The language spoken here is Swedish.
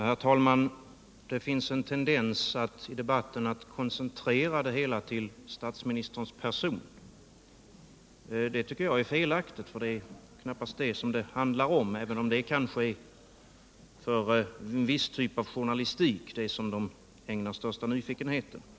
Herr talman! Det finns i debatten en tendens att koncentrera det hela till statsministerns person, och det tycker jag är felaktigt. Det är knappast vad det handlar om, även om det för en viss journalistik är detta nyfikenheten gäller.